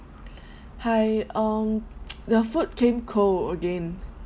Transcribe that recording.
hi um the food came cold again